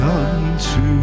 unto